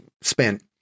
spent